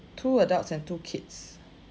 two adults and two kids